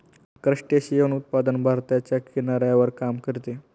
crustacean उत्पादन भारताच्या किनाऱ्यावर काम करते